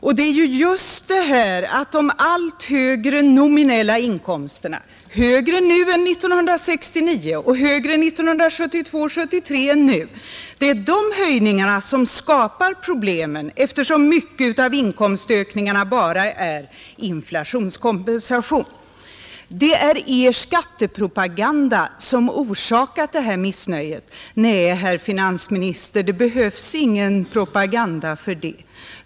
Och det är just de allt högre nominella inkomsterna — högre nu än 1969 och högre 1972 än nu — som skapar problem, eftersom mycket av inkomstökningarna bara är inflationskompensation. ”Det är er skattepropaganda som orsakat missnöjet”. Nej, herr finansminister, det behövs ingen propaganda för det.